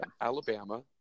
Alabama